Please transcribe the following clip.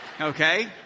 Okay